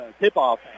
tip-off